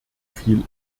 viel